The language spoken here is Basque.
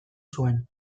zuen